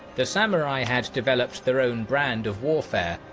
the samurai had developed their own brand of warfare,